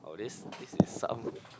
oh this this is some